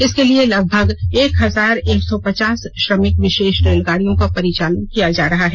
इसके लिये लगभग एक हजार एक सौ पचास श्रमिक विशेष रेलगाड़ियों का परिचालन किया गया है